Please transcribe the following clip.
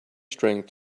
strength